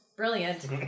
brilliant